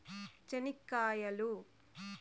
చెనిక్కాయలు